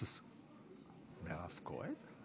השרה מירב כהן,